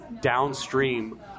downstream